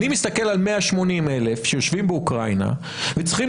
אני מסתכל על 180,000 שיושבים באוקראינה וצריכים